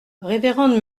révérende